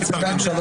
10:36.